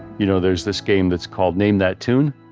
you know there's this game that's called name that tune.